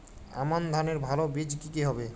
আমান ধানের ভালো বীজ কি কি হবে?